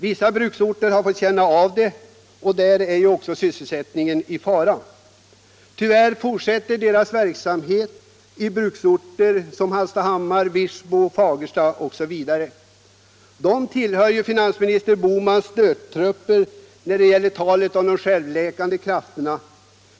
Vissa bruksorter har fått känna av den, och där är sysselsättningen i fara. Tyvärr fortsätter deras verksamhet i bruksorter som Hallstahammar, Wirsbo. Fagersta osv. De tillhör ju finansminister Bohmans stödtrupper när det gäller ”de självläkande krafterna”.